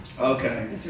Okay